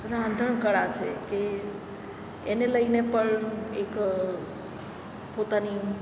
રાંધણ કળા છે કે એને લઈને પણ એક પોતાની